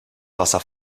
wasser